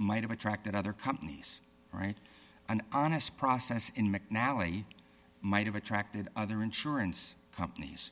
might have attracted other companies right and honest process in mcnally might have attracted other insurance companies